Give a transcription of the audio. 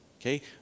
okay